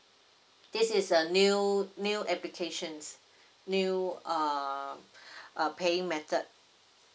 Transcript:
this is a new new applications new err uh paying method